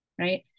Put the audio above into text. right